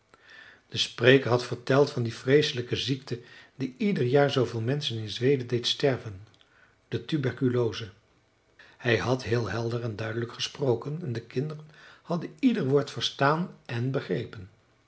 de spreker had verteld van die vreeslijke ziekte die ieder jaar zooveel menschen in zweden deed sterven de tuberculose hij had heel helder en duidelijk gesproken en de kinderen hadden ieder woord verstaan en begrepen